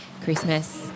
Christmas